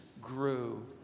grew